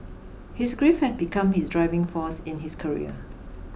his grief had become his driving force in his career